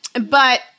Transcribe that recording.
But-